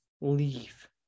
Leave